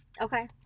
Okay